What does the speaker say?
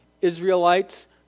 israelites